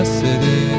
city